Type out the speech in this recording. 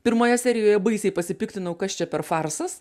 pirmoje serijoje baisiai pasipiktinau kas čia per farsas